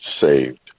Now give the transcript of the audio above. saved